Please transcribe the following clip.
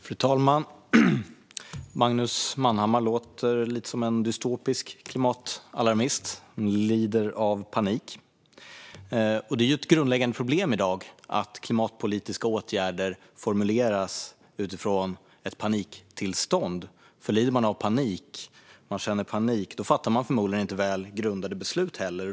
Fru talman! Magnus Manhammar låter lite som en dystopisk klimatalarmist som lider av panik. Det är ett grundläggande problem i dag att klimatpolitiska åtgärder formuleras utifrån ett paniktillstånd, för om man lider av panik fattar man förmodligen inte väl grundade beslut.